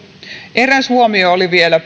eräs huomio palautteissa oli vielä